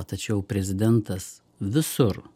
tačiau prezidentas visur